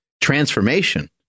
transformation